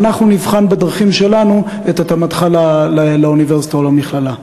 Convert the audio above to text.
אנחנו נבחן בדרכים שלנו את התאמתך לאוניברסיטה או למכללה.